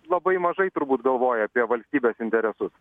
labai mažai turbūt galvoja apie valstybės interesus